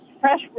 fresh